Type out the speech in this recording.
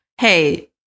Hey